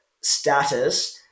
status